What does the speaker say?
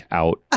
out